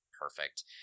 perfect